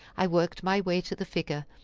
i worked my way to the figure,